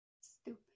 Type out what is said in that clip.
Stupid